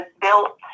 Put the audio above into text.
built